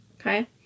okay